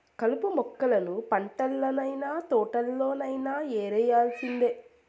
కలుపు మొక్కలను పంటల్లనైన, తోటల్లోనైన యేరేయాల్సిందే